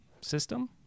system